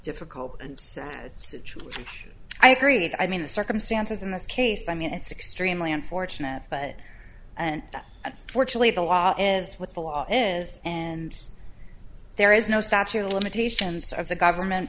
which i agreed i mean the circumstances in this case i mean it's extremely unfortunate but and unfortunately the law is what the law is and there is no statute of limitations of the government